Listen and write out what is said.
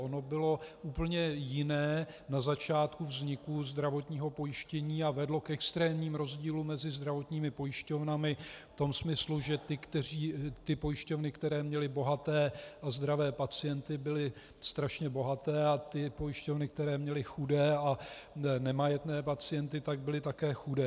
Ono bylo úplně jiné na začátku vzniku zdravotního pojištění a vedlo k extrémním rozdílům mezi zdravotními pojišťovnami v tom smyslu, že ty pojišťovny, které měly bohaté a zdravé pacienty, byly strašně bohaté a ty pojišťovny, které měly chudé a nemajetné pacienty, byly také chudé.